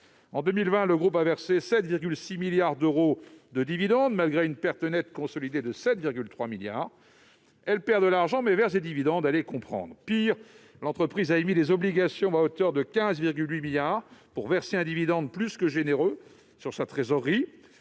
En 2020, ce groupe a versé 7,6 milliards d'euros de dividendes, malgré une perte nette consolidée de 7,3 milliards d'euros. Il perd de l'argent, mais verse des dividendes : allez comprendre ! Pis, cette entreprise a émis des obligations à hauteur de 15,8 milliards d'euros pour verser un dividende plus que généreux sur sa trésorerie.